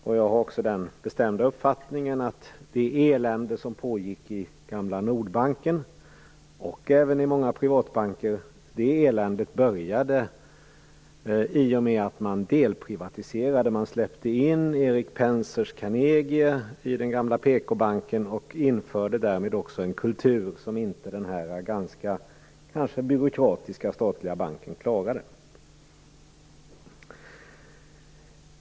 Jag har också den bestämda uppfattningen att det elände som pågick i gamla Nordbanken, och även i många privatbanker, började i och med att man delprivatiserade och släppte in Erik Pensers Carnegie i den gamla PK banken och därmed införde en kultur som denna ganska byråkratiska statliga bank inte klarade.